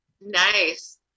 Nice